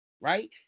right